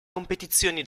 competizioni